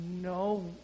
No